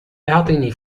أعطني